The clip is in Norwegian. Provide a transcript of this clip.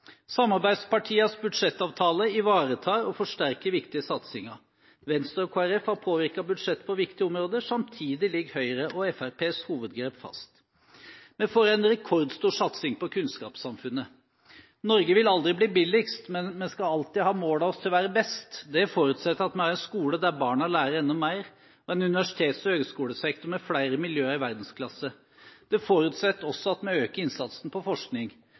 Samarbeidspartienes budsjettavtale ivaretar og forsterker viktige satsinger. Venstre og Kristelig Folkeparti har påvirket budsjettet på viktige områder. Samtidig ligger Høyres og Fremskrittspartiets hovedgrep fast. Vi får en rekordstor satsing på kunnskapssamfunnet. Norge vil aldri bli billigst, men vi skal alltid ta mål av oss til å være best. Det forutsetter at vi har en skole der barna lærer enda mer, og en universitets- og høyskolesektor med flere miljøer i verdensklasse. Det forutsetter også at vi øker innsatsen på forskning.